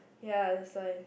ya that's why